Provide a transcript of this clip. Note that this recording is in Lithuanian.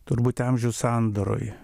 turbūt amžių sandūroj